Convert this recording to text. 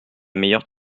meilleure